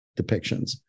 depictions